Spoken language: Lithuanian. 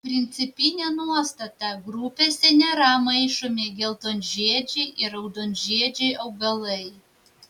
principinė nuostata grupėse nėra maišomi geltonžiedžiai ir raudonžiedžiai augalai